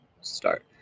start